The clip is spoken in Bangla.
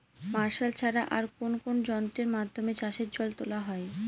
মার্শাল ছাড়া আর কোন কোন যন্ত্রেরর মাধ্যমে চাষের জল তোলা হয়?